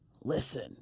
listen